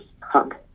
hug